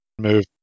Move